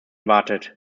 wartet